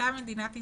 אתה מדינת ישראל,